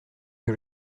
que